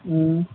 अं